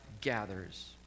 gathers